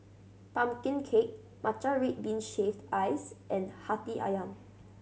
pumpkin cake matcha red bean shaved ice and Hati Ayam